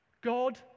God